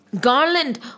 garland